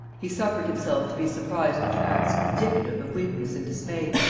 he suffered himself to be surprised into acts indicative of weakness and dismay,